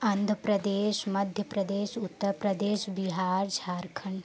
Andhra Pradesh Madhya Pradesh Uttar Pradesh Bihar Jharkhand